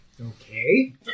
okay